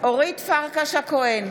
אורית פרקש הכהן,